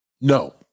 No